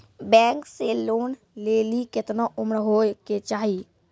Bank से loan लेली केतना उम्र होय केचाही?